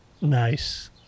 Nice